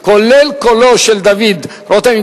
כולל קולו של דוד רותם,